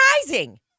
surprising